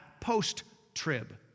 post-trib